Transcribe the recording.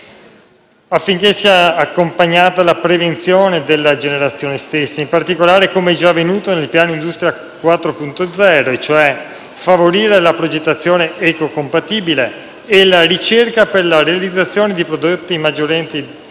affinché sia accompagnata da misure di prevenzione della generazione dei rifiuti stessi. In particolare, come già avvenuto nel piano industria 4.0, si dovrà favorire la progettazione ecocompatibile e la ricerca per la realizzazione di prodotti maggiormente